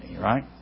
right